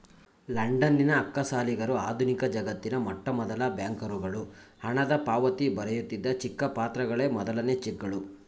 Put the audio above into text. ಲಂಡನ್ನಿನ ಅಕ್ಕಸಾಲಿಗರು ಆಧುನಿಕಜಗತ್ತಿನ ಮೊಟ್ಟಮೊದಲ ಬ್ಯಾಂಕರುಗಳು ಹಣದಪಾವತಿ ಬರೆಯುತ್ತಿದ್ದ ಚಿಕ್ಕ ಪತ್ರಗಳೇ ಮೊದಲನೇ ಚೆಕ್ಗಳು